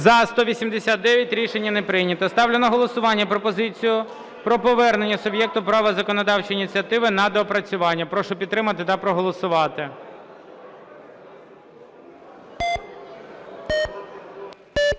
За-189 Рішення не прийнято. Ставлю на голосування пропозицію про повернення суб'єкту права законодавчої ініціативи на доопрацювання. Прошу підтримати та проголосувати.